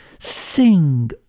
Sing